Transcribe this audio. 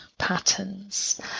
Patterns